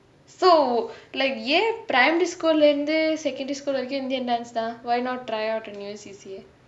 so like என்:en primary school லே இருந்து:lae irunthu secondary school வரைக்கு:varaiku indian dance தா:thaa why not try out a new C_C_A